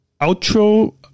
outro